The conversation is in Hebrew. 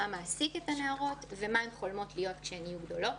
מה מעסיק את הנערות ומה הן חולמות להיות כשהן יהיו גדולות.